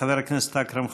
חבר הכנסת אכרם חסון,